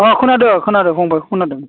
अ खोनादों खोनादों बुंनायखो खोनादों